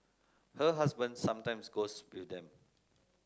her husband sometimes goes with them